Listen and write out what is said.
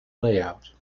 layout